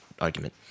argument